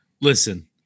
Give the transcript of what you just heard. listen